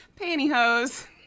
Pantyhose